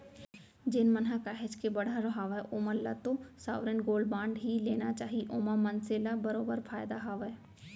जेन मन ह काहेच के बड़हर हावय ओमन ल तो साँवरेन गोल्ड बांड ही लेना चाही ओमा मनसे ल बरोबर फायदा हावय